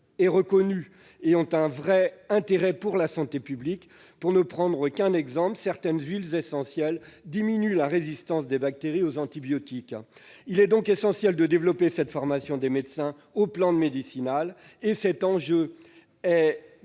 et présentent un véritable intérêt pour la santé publique. Pour ne prendre qu'un exemple, certaines huiles essentielles diminuent la résistance des bactéries aux antibiotiques. Il est donc essentiel de développer la formation des médecins à l'usage des plantes